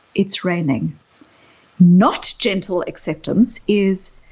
it's raining not gentle acceptance is,